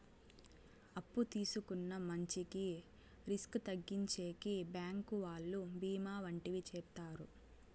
అప్పు తీసుకున్న మంచికి రిస్క్ తగ్గించేకి బ్యాంకు వాళ్ళు బీమా వంటివి చేత్తారు